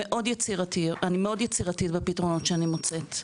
אני מאוד יצירתית בפתרונות שאני מוצאת,